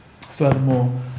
Furthermore